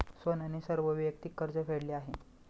सोहनने सर्व वैयक्तिक कर्ज फेडले आहे